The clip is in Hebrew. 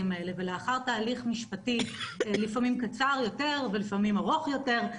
האלה ולאחר תהליך משפטי לפעמים קצר יותר ולפעמים ארוך יותר,